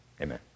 Amen